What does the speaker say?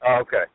Okay